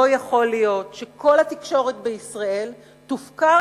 לא יכול להיות שכל התקשורת בישראל תופקר